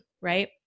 Right